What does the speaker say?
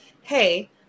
hey